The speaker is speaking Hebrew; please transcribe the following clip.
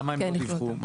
למה הם לא דיווחו?